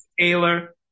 Taylor